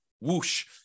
whoosh